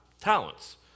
talents